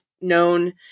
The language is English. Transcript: known